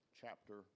chapter